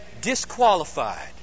disqualified